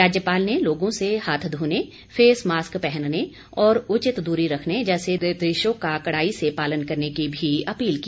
राज्यपाल ने लोगों से हाथ धोने फेस मास्क पहनने और उचित दूरी रखने जैसे निर्देशों का कड़ाई से पालन करने की भी अपील की